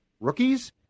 rookies